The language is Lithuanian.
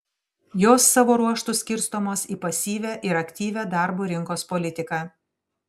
jos savo ruožtu skirstomos į pasyvią ir aktyvią darbo rinkos politiką